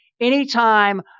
anytime